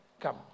come